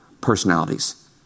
personalities